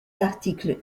articles